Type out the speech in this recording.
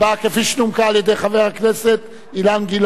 כפי שנומקה על-ידי חבר הכנסת אילן גילאון.